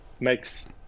makes